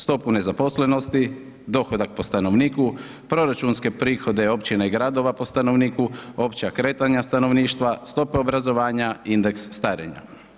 Stopu nezaposlenosti, dohodak po stanovniku, proračunske prihode općine i gradova po stanovnika, opća kretanja stanovništva, stope obrazovanja i indeks starenja.